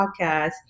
podcast